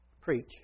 preach